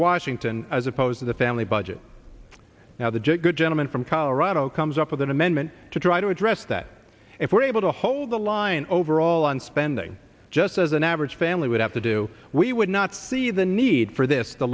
washington as opposed to the family budget now the j good gentleman from colorado comes up with an amendment to try to address that if we're able to hold the line overall on spending just as an average family would have to do we would not see the need for this the